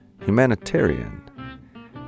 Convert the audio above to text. humanitarian